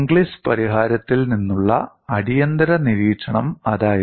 Inglis പരിഹാരത്തിൽ നിന്നുള്ള അടിയന്തര നിരീക്ഷണം അതായിരുന്നു